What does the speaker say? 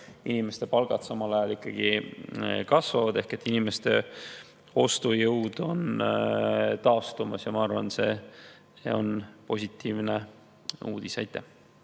inimeste palgad samal ajal ikkagi kasvavad ehk inimeste ostujõud on taastumas. Ma arvan, et see on positiivne uudis. Aitäh!